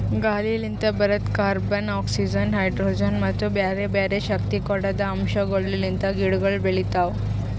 ಗಾಳಿಲಿಂತ್ ಬರದ್ carbon, oxygen, hydrogen ಮತ್ತ ಬ್ಯಾರೆ ಬ್ಯಾರೆ ಶಕ್ತಿ ಕೊಡದ್ ಅಂಶಗೊಳ್ ಲಿಂತ್ ಗಿಡಗೊಳ್ ಬೆಳಿತಾವ್